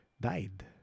died